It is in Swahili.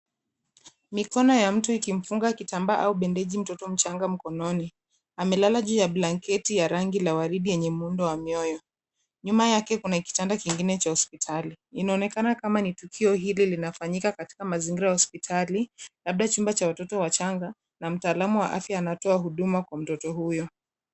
Mikono ya mtu ikimfunga kitambaa, au bendeji mtoto mdogo mkononi, amelala juu ya blanketi ya rangi la waridi lenye muundo wa mioyo. Nyuma yake kuna kitanda kingine cha hospitali, inaonekana kama ni tukio hili linafanyika katika mazingira ya hospitali, labda chumba cha watoto wachanga, na mtaalum wa afya anatoa huduma kwa mtoto huyo.